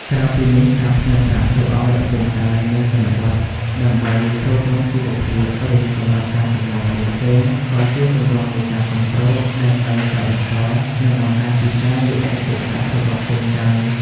ក្រៅពីនេះ ការផ្ញើប្រាក់ទៅឱ្យឪពុកម្ដាយនៅជនបទ ដើម្បីទ្រទ្រង់ជីវភាព ឬសម្រាប់ការចំណាយផ្សេងៗ ក៏ជាទម្រង់នៃការគាំទ្រដែលនៅតែបន្ត និងបង្ហាញពីការយកចិត្តទុកដាក់របស់កូនចៅ។